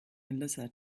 melissa